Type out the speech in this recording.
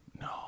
No